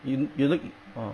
you you look